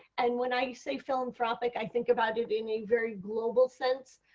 and when i say philanthropic i think about it in a very global sense.